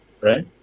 right